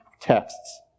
texts